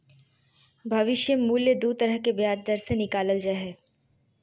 भविष्य मूल्य दू तरह के ब्याज दर से निकालल जा हय